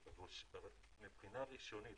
מבחינת ראשונית,